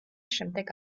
შემდეგ